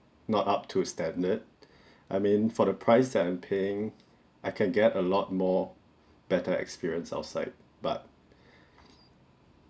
not up to standard I mean for the price that I'm paying I can get a lot more better experience outside but